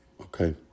Okay